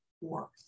work